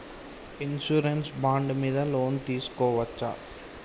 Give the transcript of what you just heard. Insurance bond మీద loan తీస్కొవచ్చా?